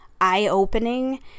eye-opening